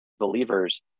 believers